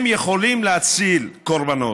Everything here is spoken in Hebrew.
הם יכולים להציל קורבנות,